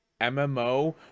MMO